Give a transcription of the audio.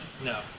No